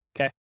Okay